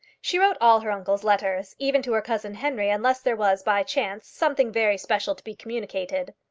she wrote all her uncle's letters, even to her cousin henry, unless there was, by chance, something very special to be communicated.